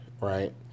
right